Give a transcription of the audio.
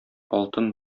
алтын